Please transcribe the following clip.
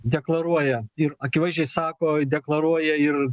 deklaruoja ir akivaizdžiai sako deklaruoja ir